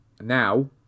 now